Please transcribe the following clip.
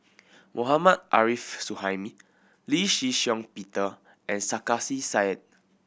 Mohammad Arif Suhaimi Lee Shih Shiong Peter and Sarkasi Said